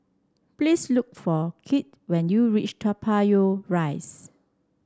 please look for Kirt when you reach Toa Payoh Rise